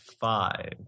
five